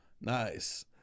nice